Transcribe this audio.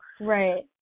Right